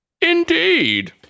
Indeed